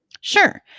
Sure